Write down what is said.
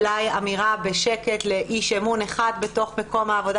אולי אמירה בשקט לאיש אמון אחד בתוך מקום העבודה